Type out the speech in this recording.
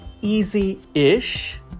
easy-ish